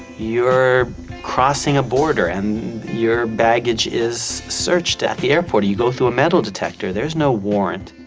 you're crossing a border and your baggage is searched at the airport or you go through a metal detector. there's no warrant.